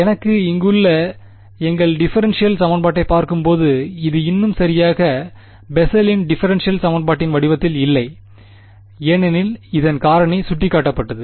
எனவே இங்குள்ள எங்கள் டிஃபரென்ஷியல் சமன்பாட்டைப் பார்க்கும்போது இது இன்னும் சரியாக பெசலின்டிஃபரென்ஷியல் சமன்பாட்டின் வடிவத்தில் இல்லை ஏனெனில் இதன் காரணி சுட்டிக்காட்டப்பட்டது